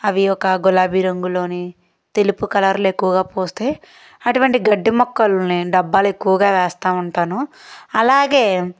అవి ఒక గులాబీ రంగులోని తెలుపు కలర్లో ఎక్కువగా పూస్తాయి అటువంటి గడ్డి మొక్కల్ని డాబ్బాలో ఎక్కువగా వేస్తూ ఉంటాను అలాగే